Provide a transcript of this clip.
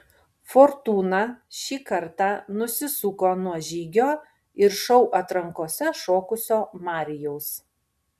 fortūna šį kartą nusisuko nuo žygio ir šou atrankose šokusio marijaus